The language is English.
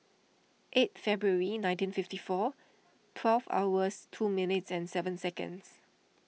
eight February nineteen fifty four twelve hours two minutes and seven seconds